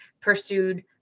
pursued